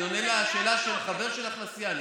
אני עונה על שאלה של חבר שלך לסיעה.